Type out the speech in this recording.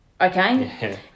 Okay